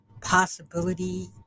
possibility